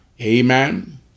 Amen